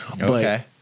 Okay